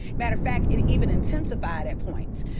matter of fact, it even intensified at points.